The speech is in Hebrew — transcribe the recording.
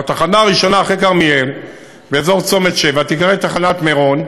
והתחנה הראשונה אחרי כרמיאל באזור צומת שבע תיקרא "תחנת מירון",